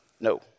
No